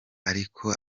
ariko